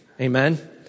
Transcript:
Amen